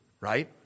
right